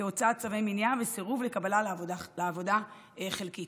כמו הוצאת צווי מניעה וסירוב לקבלה לעבודה חלקית.